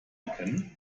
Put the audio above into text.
erkennen